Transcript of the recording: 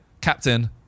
captain